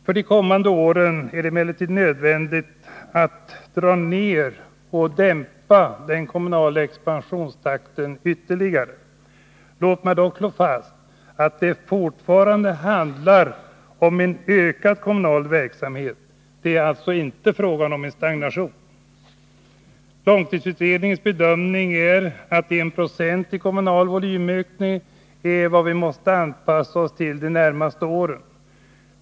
För de kommande åren är det emellertid nödvändigt att dämpa den kommunala expansionstakten ytterligare. Låt mig dock slå fast att det fortfarande handlar om en ökad kommunal verksamhet. Det är alltså inte fråga om en stagnation. Långtidsutredningens bedömning är att 1 96 i kommunal volymökning är vad vi måste anpassa oss till de närmaste åren.